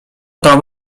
tam